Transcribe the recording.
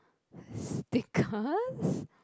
stickers